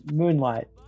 moonlight